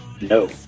No